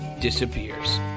disappears